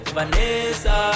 Vanessa